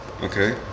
Okay